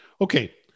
Okay